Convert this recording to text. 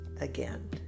again